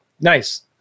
Nice